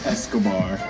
Escobar